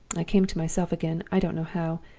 i came to myself again, i don't know how.